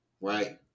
right